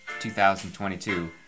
2022